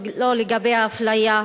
לא לגבי האפליה.